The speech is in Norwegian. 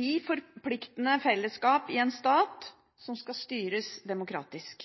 i forpliktende fellesskap i en stat som skal styres demokratisk.